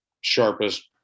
sharpest